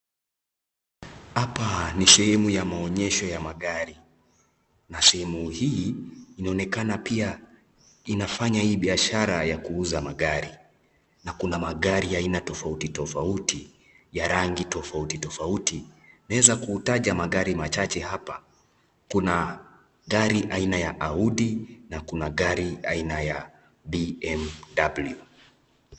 Hapa ni sehemu ya maonyesho ya magari na sehemu hii inaonekana pia inafanya hii biashara ya kuuza magari kuna magari ya aina tofauti tofauti na rangi tofauti tofauti. Naweza kutaja magari machache hapa, kuna gari aina ya Audi, na kuna gari aina ya BMW.